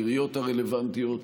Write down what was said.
העיריות הרלוונטיות,